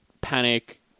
panic